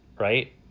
right